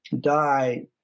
die